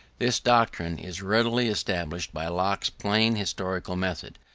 this doctrine is readily established by locke's plain historical method,